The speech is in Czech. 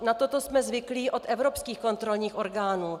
Na toto jsme zvyklí od evropských kontrolních orgánů.